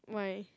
why